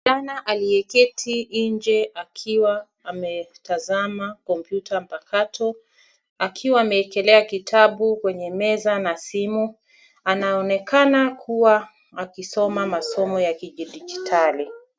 Mvulana aliyeketi nje akiwa ametazama kompyuta mpakato, akiwa ameekelea kitabu kwenye meza na simu, anaonekana kuwa akisoma masomo ya kidijitali.